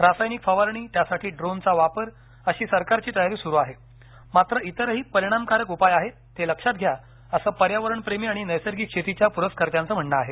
रासायनिक फवारणी त्यासाठी ड्रोनचा वापर अशी सरकारची तयारी सुरू आहे मात्र इतरही परणामकारक उपाय आहेत ते लक्षात घ्या असं पर्यावरण प्रेमी आणि नैसर्गिक शतीच्या पुरस्कर्त्यांचं म्हणणं आहे